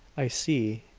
i see.